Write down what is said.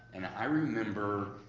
and i remember,